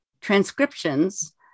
transcriptions